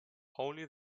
only